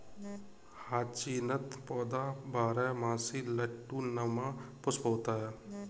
hyacinth पौधा बारहमासी लट्टू नुमा पुष्प होता है